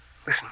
Listen